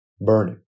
burning